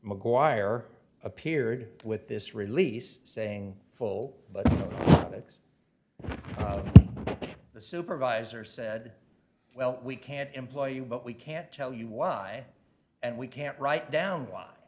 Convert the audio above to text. mcguire appeared with this release saying full but that's the supervisor said well we can't employ you but we can't tell you why and we can't write down why